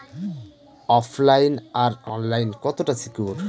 ওফ line আর online কতটা secure?